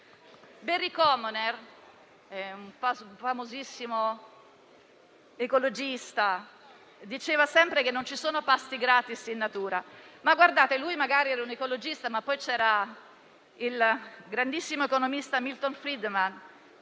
Barry Commoner, un famosissimo ecologista, diceva sempre che non ci sono pasti gratis in natura. Lui era un ecologista. Ma poi il grandissimo economista Milton Friedman